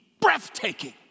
breathtaking